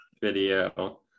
video